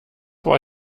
war